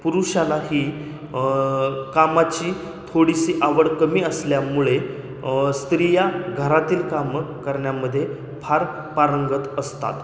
पुरुषाला ही कामाची थोडीशी आवड कमी असल्यामुळे स्त्रिया घरातील कामं करण्यामध्ये फार पारंगत असतात